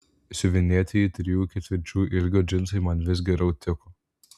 siuvinėtieji trijų ketvirčių ilgio džinsai man vis geriau tiko